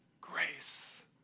Grace